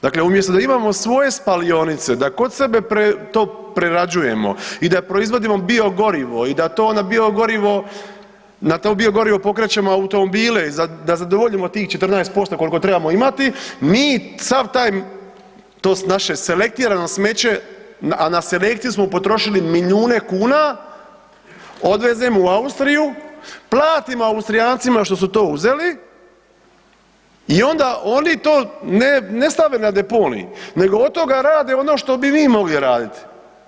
Dakle, umjesto da imamo svoje spalionice, da kod sebe to prerađujemo i da proizvodimo biogorivo i da to onda biogorivo na to biogorivo pokrećemo automobile i da zadovoljimo tih 14% koliko trebamo imati, mi sav taj to naše selektirano smeće, a na selekciju smo potrošili milijune kuna, odvezemo u Austriju, platimo Austrijancima što su to uzeli i onda oni to ne stave na deponij nego od toga rade ono što bi mi mogli raditi.